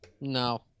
No